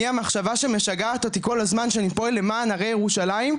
אני המחשבה שמשגעת אותי שאני פועל למען הרי ירושלים,